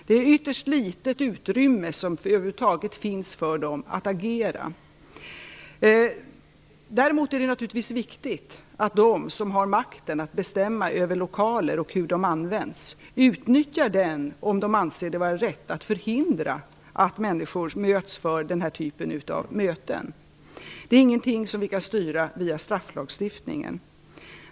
Det finns över huvud taget ytterst litet utrymme för dem att agera. Däremot är det naturligtvis viktigt att de som har makten att bestämma över lokaler och hur de används utnyttjar den om de anser det vara rätt att förhindra att människor möts för den här typen av möten. Det är ingenting vi kan styra via strafflagstiftningen.